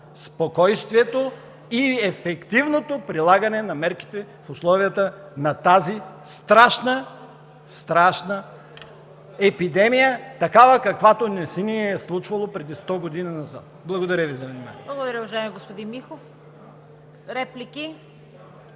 спокойствието и ефективното прилагане на мерките в условията на тази страшна, страшна епидемия, такава каквато не ни се е случвала 100 години назад. Благодаря Ви за вниманието.